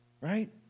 Right